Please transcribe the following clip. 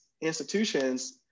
institutions